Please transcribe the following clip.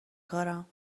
کارم